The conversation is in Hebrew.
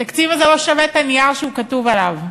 התקציב הזה לא שווה את הנייר שהוא כתוב עליו.